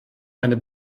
eine